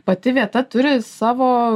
pati vieta turi savo